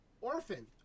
Orphan